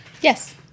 Yes